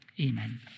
Amen